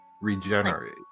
regenerate